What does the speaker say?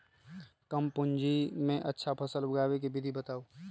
कम पूंजी में अच्छा फसल उगाबे के विधि बताउ?